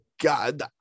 God